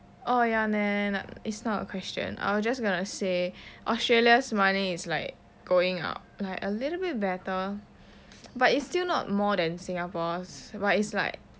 oh ya man it's not a question I was just going to say australia's money is like going up like a little bit better but it's still not more than singapore's but it's like